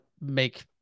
make